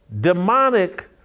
demonic